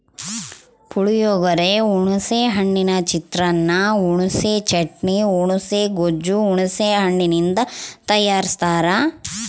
ಪುಳಿಯೋಗರೆ, ಹುಣಿಸೆ ಹಣ್ಣಿನ ಚಿತ್ರಾನ್ನ, ಹುಣಿಸೆ ಚಟ್ನಿ, ಹುಣುಸೆ ಗೊಜ್ಜು ಹುಣಸೆ ಹಣ್ಣಿನಿಂದ ತಯಾರಸ್ತಾರ